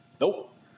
Nope